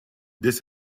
this